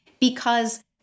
because-